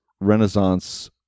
Renaissance